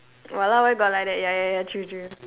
!walao! where got like that ya ya ya true true